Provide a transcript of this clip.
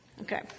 Okay